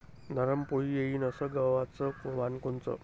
नरम पोळी येईन अस गवाचं वान कोनचं?